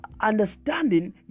understanding